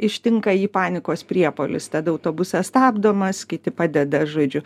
ištinka jį panikos priepuolis tada autobusas stabdomas kiti padeda žodžiu